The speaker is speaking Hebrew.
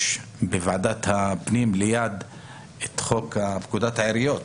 יש בוועדת הפנים ליד את פקודת העיריות,